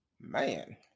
man